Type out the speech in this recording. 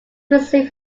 received